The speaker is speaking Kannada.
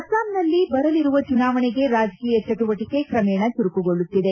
ಅಸ್ಖಾಂನಲ್ಲಿ ಬರಲಿರುವ ಚುನಾವಣೆಗೆ ರಾಜಕೀಯ ಚಟುವಟಿಕೆ ಕ್ರಮೇಣ ಚುರುಕುಗೊಳ್ಳುತ್ತಿದೆ